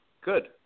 Good